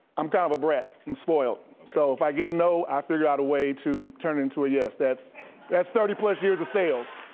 i'm kind of a brat and spoiled. so, if i get a no, i figure out a way to turn it into a yes. that's that's thirty plus years of sales.